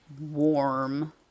warm